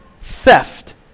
theft